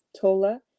Tola